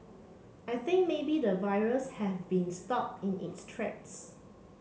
I think maybe the virus have been stopped in its tracks